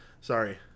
Sorry